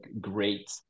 great